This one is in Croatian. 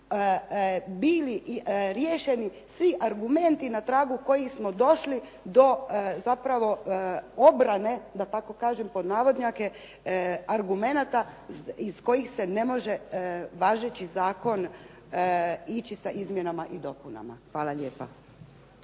bili riješeni svi argumenti na tragu kojih smo došli do zapravo obrane, da tako kažem pod navodnjake argumenata iz kojih se ne može važeći zakon ići sa izmjenama i dopunama. Hvala lijepa.